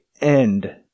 end